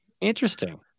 Interesting